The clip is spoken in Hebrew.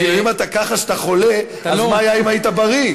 אם אתה ככה כשאתה חולה, אז מה היה אם היית בריא.